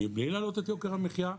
מבלי להעלות את יוקר המחיה,